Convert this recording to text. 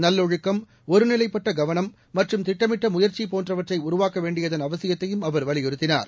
நல்லொழுக்கம் ஒருநிலைப்பட்ட கவனம் மற்றும் திட்டமிட்ட முயற்சி போன்றவற்றை உருவாக்க வேண்டியதன் அவசியத்தையும் அவர் வலியுறுத்தினார்